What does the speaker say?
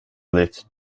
lift